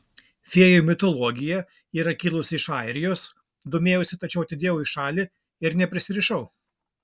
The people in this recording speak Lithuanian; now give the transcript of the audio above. fėjų mitologija yra kilusi iš airijos domėjausi tačiau atidėjau į šalį ir neprisirišau